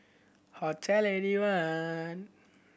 Hotel Eighty one